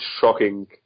shocking